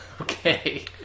Okay